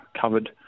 covered